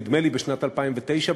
נדמה לי בשנת 2009,